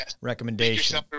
recommendation